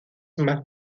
más